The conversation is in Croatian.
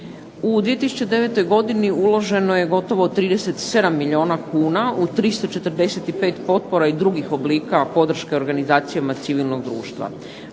U 2009. godini uloženo je gotovo 37 milijuna kuna u 345 potpora i drugih oblika podrške organizacijama civilnog društva.